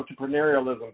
entrepreneurialism